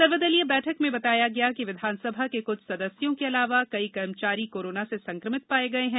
सर्वदलीय बैठक में बताया गया कि विधानसभा के कुछ सदस्यों के अलावा कई कर्मचारी कोरोना से संक्रमित पाए गए हैं